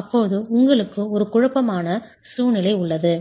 அப்போது உங்களுக்கு ஒரு குழப்பமான சூழ்நிலை உள்ளது